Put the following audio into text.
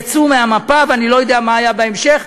יצאו מהמפה, ואני לא יודע מה יהיה בהמשך.